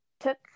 Took